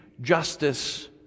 Justice